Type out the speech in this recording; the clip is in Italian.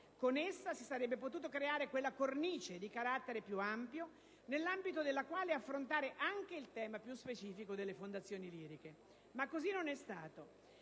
Con essa si sarebbe potuta creare quella cornice di carattere più ampio, nell'ambito della quale affrontare anche il tema più specifico delle fondazioni liriche. Ma così non è stato.